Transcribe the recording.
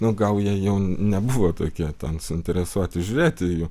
nu gal jie jau nebuvo tokie suinteresuoti žiūrėti jų